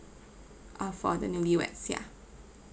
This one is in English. uh for the newlyweds yeah